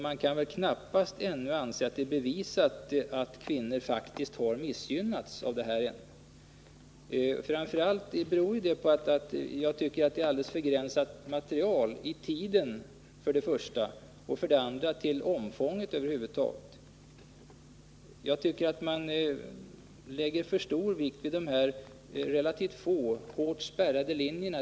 Man kan knappast anse att det ännu är bevisat att kvinnor har missgynnats. Därtill är materialet enligt min mening för begränsat dels när det gäller tiden, dels i fråga om omfånget. Man lägger för stor vikt vi de relativt få hårt spärrade linjerna.